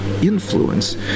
Influence